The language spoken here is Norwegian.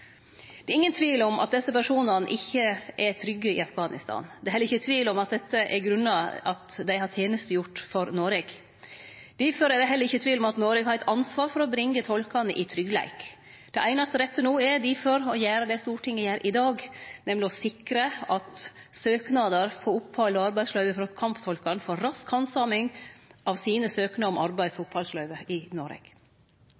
Det er ingen tvil om at desse personane ikkje er trygge i Afghanistan. Det er heller ikkje tvil om at dette er grunnen til at dei har tenestegjort for Noreg. Difor er det heller ikkje tvil om at Noreg har eit ansvar for å bringe tolkane i tryggleik. Det einaste rette no er difor å gjere det Stortinget gjer i dag, nemleg å sikre at kamptolkane får rask handsaming av sine søknader om arbeids- og